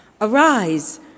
Arise